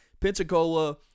Pensacola